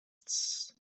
тссс